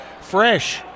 fresh